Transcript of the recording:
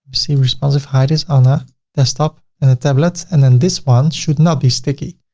see responsive, hide it on a desktop and the tablet and then this one should not be sticky.